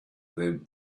them